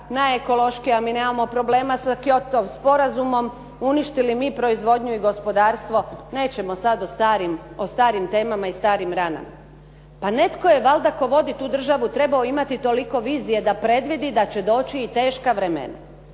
najekološkija, mi nemamo problema sa …/Govornik se ne razumije./… uništili mi proizvodnju i gospodarstvo, nećemo sada o starim temama i starim ranama. Pa netko je valjda tko vodi tu državu trebao imati toliko vizije da predvidi da će doći i teška vremena.